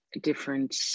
different